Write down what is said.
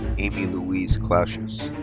aimee louise klaschus.